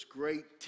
great